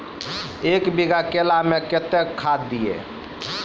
एक बीघा केला मैं कत्तेक खाद दिये?